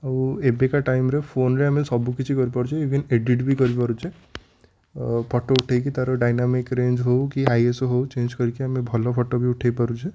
ଆଉ ଏବେକା ଟାଇମରେ ଫୋନ୍ରେ ଆମେ ସବୁକିଛି କରିପାରୁଛେ ଇଭିନ୍ ଏଡ଼ିଟ୍ ବି କରିପାରୁଛେ ଫୋଟ ଉଠେଇକି ତା'ର ଡାଇନାମିକ ରେଞ୍ଜ ହେଉ କି ହାଇଏସ ହେଉ ଆମେ ଚେଞ୍ଜ କରିକି ଆମେ ଭଲ ଫୋଟୋ ବି ଉଠେଇ ପାରୁଛେ